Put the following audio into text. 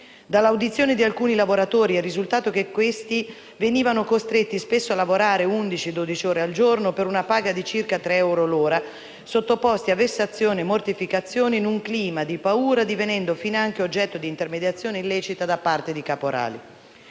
Dall'audizione di alcuni lavoratori è risultato che questi venivano costretti spesso a lavorare undici-dodici ore al giorno, per una paga di circa 3 euro l'ora, e sottoposti a vessazioni e mortificazioni, in un clima di paura, divenendo finanche oggetto di intermediazione illecita da parte di caporali.